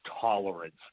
tolerance